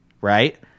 right